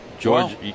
George